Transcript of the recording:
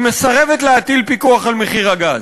היא מסרבת להטיל פיקוח על מחיר הגז,